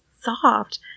soft